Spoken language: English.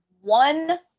one